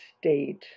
state